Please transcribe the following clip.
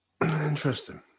Interesting